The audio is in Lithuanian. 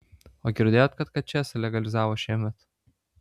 o girdėjot kad kačėsą legalizavo šiemet